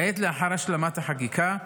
כעת, לאחר השלמת החקיקה,